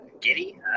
giddy